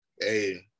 Hey